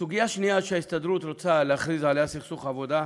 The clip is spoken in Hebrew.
סוגיה שנייה שההסתדרות רוצה להכריז בשלה על סכסוך עבודה,